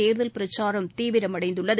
தேர்தல் பிரச்சாரம் தீவிரமடைந்துள்ளது